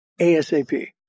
ASAP